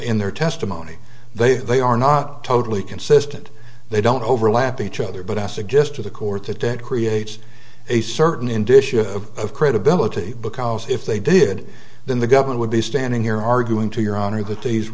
in their testimony they say they are not totally consistent they don't overlap each other but i suggest to the court that it creates a certain in disha of credibility because if they did then the government would be standing here arguing to your honor that these